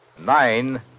nine